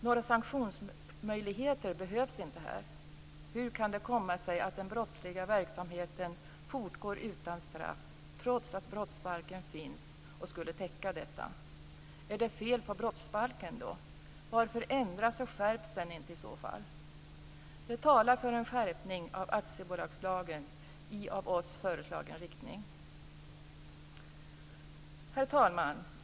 Några sanktionsmöjligheter behövs inte här. Hur kan det komma sig att den brottsliga verksamheten fortgår utan straff, trots att brottsbalken finns och trots att den skulle täcka detta? Är det fel på brottsbalken? Varför ändras och skärps den i så fall inte? Det talar för en skärpning av aktiebolagslagen i av oss föreslagen riktning. Herr talman!